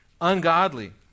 Ungodly